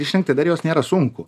išrinkti dar juos nėra sunku